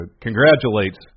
congratulates